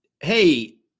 hey